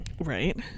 Right